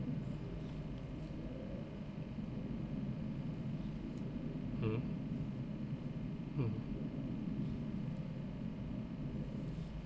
hmm mmhmm